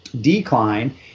decline